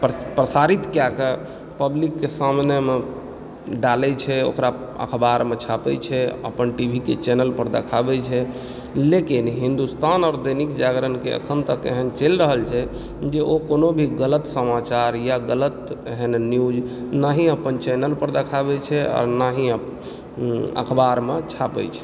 प्रसारित कय के पब्लिक के सामने मे डालै छै ओकरा अखबार मे छापै छै अपन टी वी के चेनल पर देखाबै छै लेकिन हिन्दुस्तान आओर दैनिक जागरण के अखन तक एहन चलि रहल छै जे ओ कोनो भी गलत समाचार यऽ गलत एहन न्यूज न ही अपन चैनल पर देखाबै छै आओर ने ही अखबार मे छापै छै